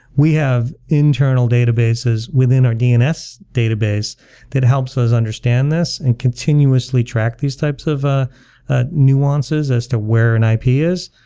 we have internal databases within our dns database that helps us understand this and continuously track these types of a ah nuances as to where an ip is,